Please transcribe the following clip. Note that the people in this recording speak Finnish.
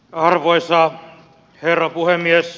arvoisa herra puhemies